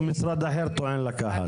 או משרד אחר טוען לקחת?